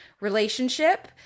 relationship